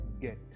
get